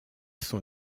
sont